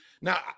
Now